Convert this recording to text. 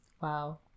Wow